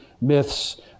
myths